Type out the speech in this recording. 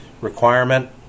requirement